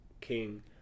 King